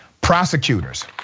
Prosecutors